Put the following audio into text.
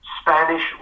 Spanish